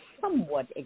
somewhat